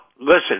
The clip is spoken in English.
listen